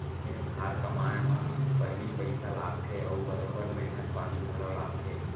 खेत खार कमाए म पहिली पइसा लागथे अउ बरोबर मेहनत पानी घलौ लागथे